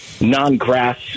Non-grass